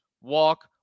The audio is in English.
walk